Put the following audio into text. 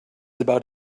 about